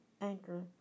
Anchor